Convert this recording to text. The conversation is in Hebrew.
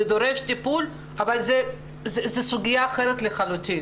זה דורש טיפול, אבל זו סוגיה אחרת לחלוטין.